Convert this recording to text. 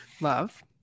Love